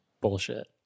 Bullshit